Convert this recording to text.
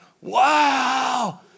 wow